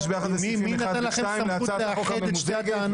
ביחס לסעיפים 1 ו-2 להצעת החוק הממוזגת,